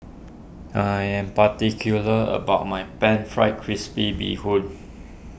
I am particular about my Pan Fried Crispy Bee Hoon